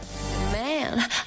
Man